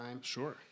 Sure